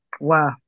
Wow